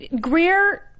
Greer